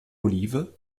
olive